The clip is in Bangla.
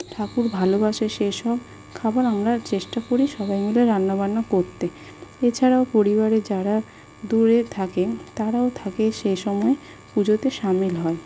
ঠাকুর ভালোবাসে সে সব খাবার আমরা চেষ্টা করি সবাই মিলে রান্নাবান্না করতে এছাড়াও পরিবারের যারা দূরে থাকে তারাও থাকে সে সময় পুজোতে সামিল হয়